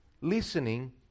listening